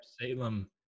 Salem